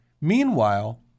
Meanwhile